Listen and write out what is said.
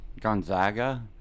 Gonzaga